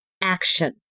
action